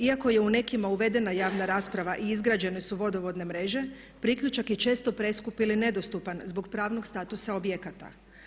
Iako je u nekima uvedena javna rasprava i izgrađene su vodovodne mreže priključak je često preskup ili nedostupan zbog pravnog statusa objekata.